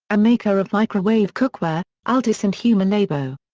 a maker of microwave cookware, altis and humalabo.